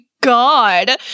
God